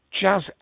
jazz